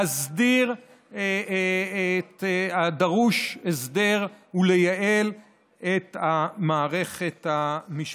להסדיר את הדרוש הסדר ולייעל את המערכת המשפטית.